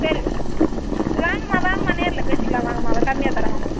சரி வாங்கம்மா வாங்கம்மா நேரில் பேசிக்கிலாம் வாங்கம்மா கம்மியாக தர்றேன் வாங்கம்மா